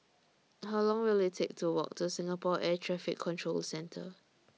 How Long Will IT Take to Walk to Singapore Air Traffic Control Centre